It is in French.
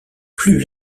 plus